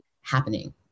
happening